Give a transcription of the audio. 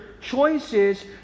choices